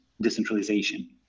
decentralization